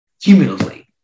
cumulatively